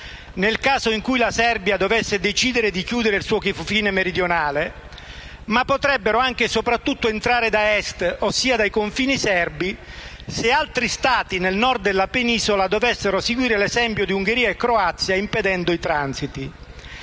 nel caso in cui la Serbia dovesse decidere di chiudere il suo confine meridionale; ma potrebbero anche - e soprattutto - entrare da Est, ossia dai confini serbi, se altri Stati nel Nord della penisola dovessero seguire l'esempio di Ungheria e Croazia, impedendo i transiti.